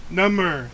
number